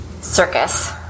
circus